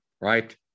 right